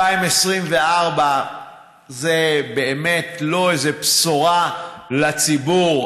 2024 זה באמת לא איזו בשורה לציבור,